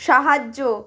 সাহায্য